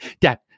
Dad